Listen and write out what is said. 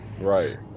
Right